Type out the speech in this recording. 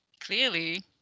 clearly